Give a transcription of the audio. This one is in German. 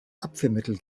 abführmittel